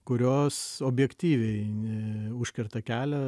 kurios objektyviai ne užkerta kelią